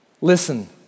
Listen